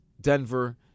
Denver